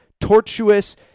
tortuous